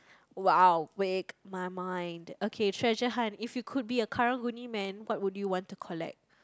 !wow! wait my mind okay treasure hunt if you could be a Karang-Guni man what would you want to collect